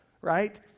right